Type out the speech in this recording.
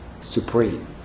supreme